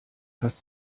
fast